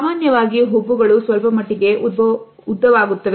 ಸಾಮಾನ್ಯವಾಗಿ ಹುಬ್ಬುಗಳು ಸ್ವಲ್ಪಮಟ್ಟಿಗೆ ಉದ್ಭವವಾಗುತ್ತವೆ